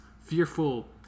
fearful